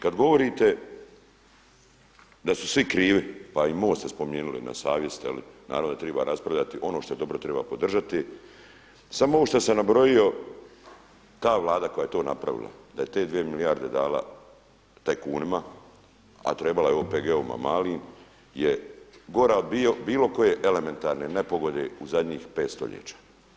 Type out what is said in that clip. Kada govorite da su svi krivi pa i MOST ste spomenuli na savjest ali naravno da treba raspravljati, ono što je dobro treba podržati, samo ovo što sam nabrojao ta Vlada koja je to napravila da je te dvije milijarde dala tajkunima a trebala je OPG-ovima malim je gora od bilo koje elementarne nepogode u zadnjih 5 stoljeća.